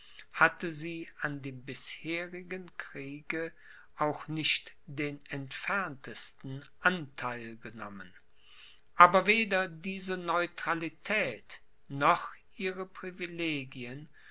hatte sie an dem bisherigen kriege auch nicht den entferntesten antheil genommen aber weder diese neutralität noch ihre privilegien